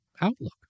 Outlook